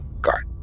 guard